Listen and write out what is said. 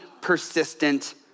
persistent